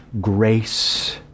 grace